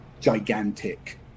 gigantic